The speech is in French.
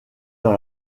dans